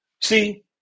See